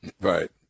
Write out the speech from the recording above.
Right